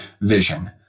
vision